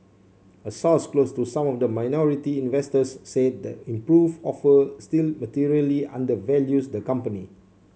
a source close to some of the minority investors said the improved offer still materially undervalues the company